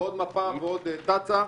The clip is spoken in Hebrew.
ועוד מפה ועד תצ"א.